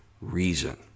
reason